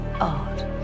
art